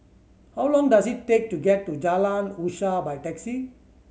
how long does it take to get to Jalan Usaha by taxi